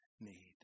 need